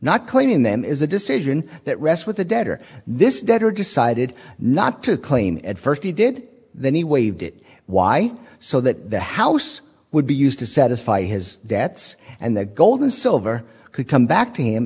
not cleaning them is a decision that rests with the debtor this debtor decided not to claim at first he did then he waived it y so that the house would be used to satisfy his debts and that gold and silver could come back to him